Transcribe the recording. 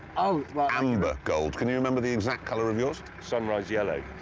ah ah amber gold. can you remember the exact colour of yours? sunrise yellow.